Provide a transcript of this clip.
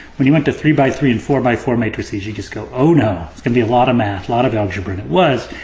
when you went to three by three and four by four matrices you'd just go, oh no, it's going to be a lot of math, lot of algebra. and it was,